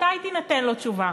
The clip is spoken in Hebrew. מתי תינתן לו תשובה?